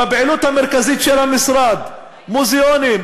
בפעילות המרכזית של המשרד: מוזיאונים,